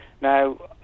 Now